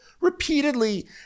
repeatedly